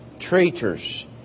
traitors